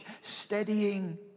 steadying